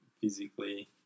physically